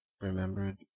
remembered